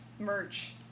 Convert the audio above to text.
Merch